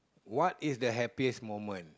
what is the happiest moment